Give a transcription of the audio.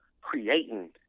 creating